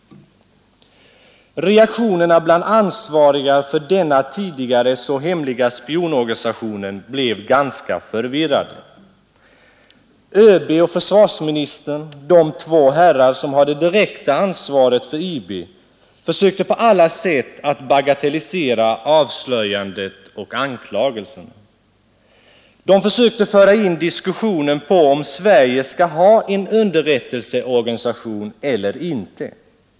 Reaktionerna bland de ansvariga för denna tidigare så hemliga spionorganisation blev ganska förvirrade. ÖB och försvarsministern — de två herrar som har det direkta ansvaret för IB — försökte på alla sätt att bagatellisera avslöjandet och anklagelserna. De försökte föra in diskussionen på om Sverige skall ha en underrättelseorganisation eller inte.